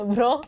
Bro